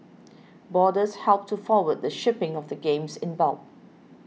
boarders helped to forward the shipping of the games in bulk